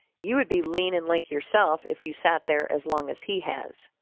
you would be lean and lank yourself if you sat there as long as he has.